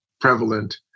prevalent